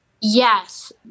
Yes